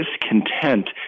discontent